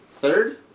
Third